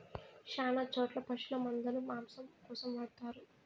శ్యాన చోట్ల పశుల మందను మాంసం కోసం వాడతారు